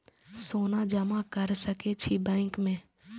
सोना जमा कर सके छी बैंक में?